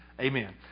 Amen